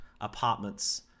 apartments